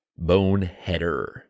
Boneheader